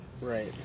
Right